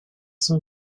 son